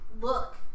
look